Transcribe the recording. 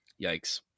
yikes